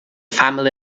family